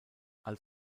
als